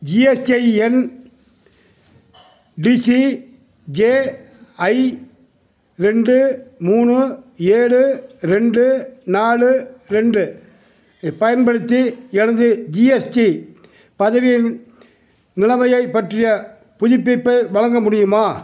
GSTIN TCJI ரெண்டு மூணு ஏழு ரெண்டு நாலு ரெண்டு பயன்படுத்தி எனது ஜிஎஸ்டி பதிவின் நிலைமையைப் பற்றிய புதுப்பிப்பை வழங்க முடியுமா